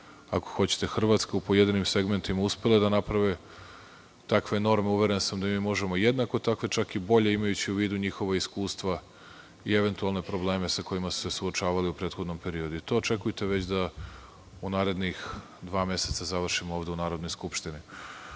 ako hoćete i Hrvatske u pojedinim segmentima, uspele da naprave. Takve norme, uveren sam, možemo jednako takve, čak i bolje, imajući u vidu njihova iskustva i eventualne probleme sa kojima su se suočavali u prethodnom periodu. To očekujte već u narednih dva meseca da završimo ovde u Narodnoj skupštini. Stvaranjem